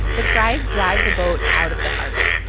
the frys drive the boat out of the harbor.